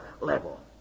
level